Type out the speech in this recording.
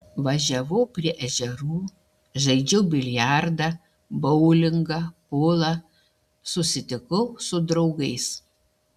važiavau prie ežerų žaidžiau biliardą boulingą pulą susitikau su draugais